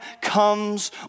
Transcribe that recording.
comes